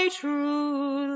true